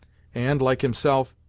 and like himself,